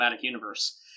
Universe